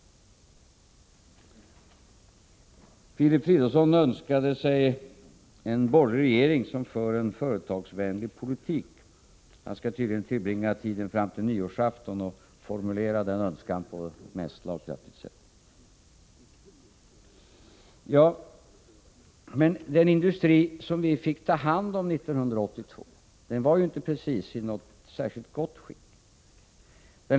Filip Fridolfsson önskade sig en borgerlig regering som för en företagsvänlig politik. Han skall tydligen tillbringa tiden fram till nyårsafton med att formulera denna önskan på ett slagkraftigt sätt. Den industri som vi fick ta hand om 1982 var inte i ett särskilt gott skick.